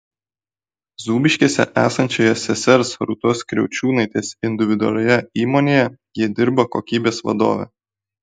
zūbiškėse esančioje sesers rūtos kriaučiūnaitės individualioje įmonėje ji dirba kokybės vadove